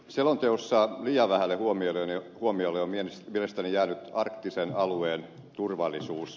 selonteossa liian vähälle huomiolle on mielestäni jäänyt arktisen alueen turvallisuus